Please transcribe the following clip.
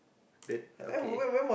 the okay